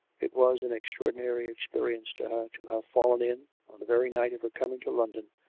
it was an ex traordinary experience to her to have fallen in, on the very night of her coming to london,